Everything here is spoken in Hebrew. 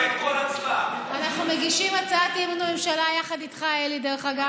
בממשלה, אתם נתתם לזה יד לכל אורך הדרך.